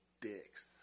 dicks